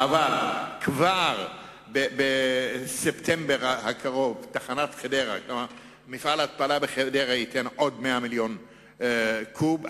אבל כבר בספטמבר הקרוב ייתן מפעל ההתפלה בחדרה עוד 100 מיליון קוב,